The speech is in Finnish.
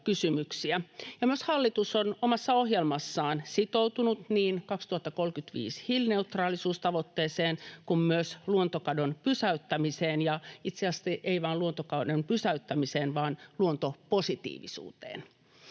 myös hallitus on omassa ohjelmassaan sitoutunut niin vuoden 2035 hiilineutraalisuustavoitteeseen kuin myös luontokadon pysäyttämiseen, ja itse asiassa ei vain luontokadon pysäyttämiseen vaan luontopositiivisuuteen.